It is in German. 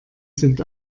sind